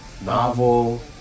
Novel